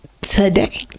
today